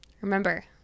Remember